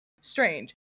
strange